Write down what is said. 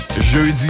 Jeudi